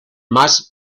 más